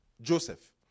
Joseph